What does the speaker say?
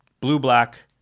blue-black